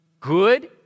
Good